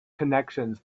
connections